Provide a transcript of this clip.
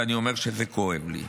ואני אומר שזה כואב לי.